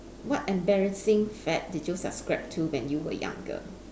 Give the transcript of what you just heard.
what embarrassing fad did you subscribe to when you were younger